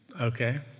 okay